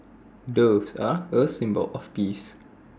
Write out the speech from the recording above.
doves are A symbol of peace